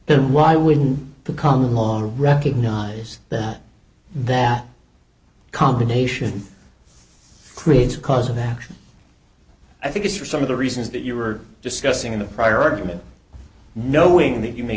then why wouldn't the come along to recognize that that combination creates a cause of action i think is for some of the reasons that you were discussing in a prior argument knowing that you ma